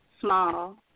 small